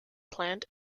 planned